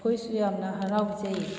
ꯃꯈꯣꯏꯁꯨ ꯌꯥꯝꯅ ꯍꯔꯥꯎꯖꯩ